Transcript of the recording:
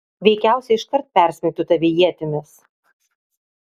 veikiausiai iškart persmeigtų tave ietimis